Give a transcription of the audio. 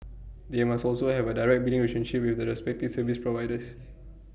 they must also have A direct billing relationship with the respective service providers